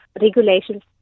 regulations